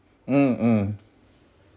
mm mm